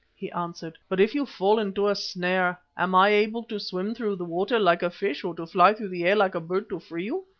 he answered, but if you fall into a snare, am i able to swim through the water like a fish, or to fly through the air like a bird to free you?